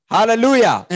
Hallelujah